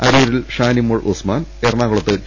അരൂരിൽ ഷാനിമോൾ ഉസ്മാൻ എറണാകുളത്ത് ടി